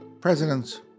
president's